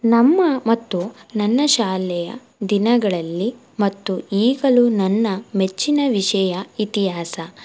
ನಮ್ಮ ಮತ್ತು ನನ್ನ ಶಾಲೆಯ ದಿನಗಳಲ್ಲಿ ಮತ್ತು ಈಗಲೂ ನನ್ನ ಮೆಚ್ಚಿನ ವಿಷಯ ಇತಿಹಾಸ